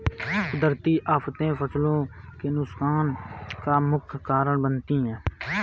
कुदरती आफतें फसलों के नुकसान का मुख्य कारण बनती है